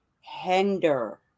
hinder